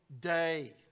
day